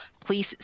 please